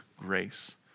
grace